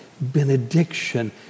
benediction